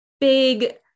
big